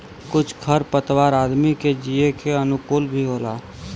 कुछ खर पतवार आदमी के जिये के अनुकूल भी होला